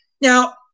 Now